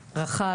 רחב,